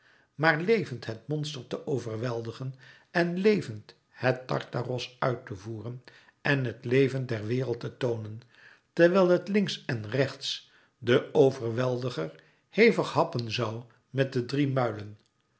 maar levend het monster te overweldigen en levend het tartaros uit te voeren en het levend der wereld te toonen terwijl het links en rechts den overweldiger hevig happen zoû met de drie muilen